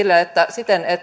siten että